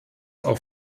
auch